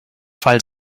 fall